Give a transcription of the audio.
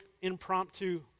impromptu